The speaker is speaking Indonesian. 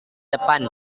depan